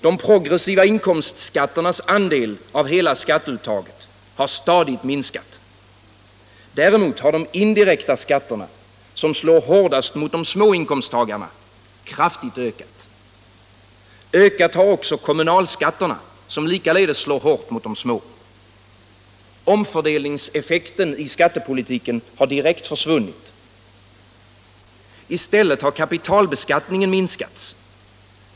De progressiva inkomstskatternas andel av hela skatteuttaget har stadigt minskat. Däremot har de indirekta skatterna, som slår hårdast mot de små inkomsttagarna, kraftigt ökat. Ökat har också kommunalskatterna, som likaledes slår hårt mot de små. Omfördelningseffekten i skattepolitiken har direkt försvunnit. I stället har kapitalbeskattningen minskats.